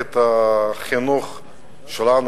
ומערכת החינוך שלנו,